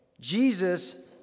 Jesus